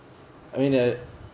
I mean that